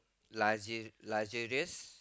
luxu~ luxurious